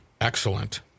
Excellent